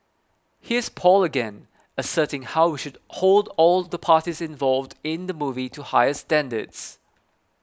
here's Paul again asserting how we should hold all the parties involved in the movie to higher standards